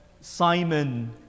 Simon